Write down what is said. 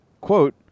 quote